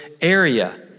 area